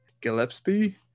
Gillespie